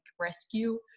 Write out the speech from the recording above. rescue